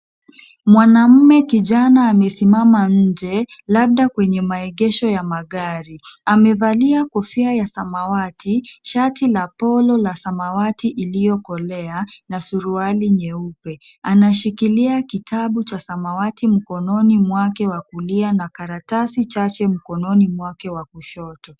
Mwanamme kijana amesimama nje, labda kwenye maegesho ya magari. Amevalia kofia ya samawati, shati la Polo la samawati iliyokolea na suruali nyeupe. Anashikilia kitabu cha samawati mkononi mwake wa kulia na karatasi chache mkononi mwake wa kushoto.